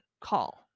call